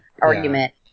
argument